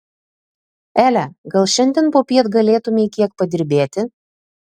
ele gal šiandien popiet galėtumei kiek padirbėti